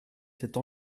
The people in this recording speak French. cette